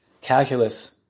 calculus